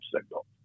signal